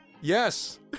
Yes